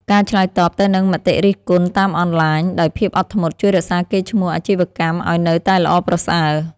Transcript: ការឆ្លើយតបទៅនឹងមតិរិះគន់តាមអនឡាញដោយភាពអត់ធ្មត់ជួយរក្សាកេរ្តិ៍ឈ្មោះអាជីវកម្មឱ្យនៅតែល្អប្រសើរ។